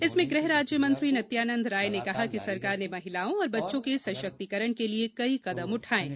इसमें गृह राज्य मंत्री नित्यानंद राय ने कहा कि सरकार ने महिलाओं और बच्चों के सशक्तिकरण के लिए कई कदम उठाए हैं